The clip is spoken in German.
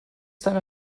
deiner